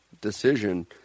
decision